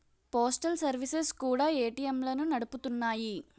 postal services కూడా ఏటీఎంలను నడుపుతున్నాయి